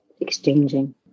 exchanging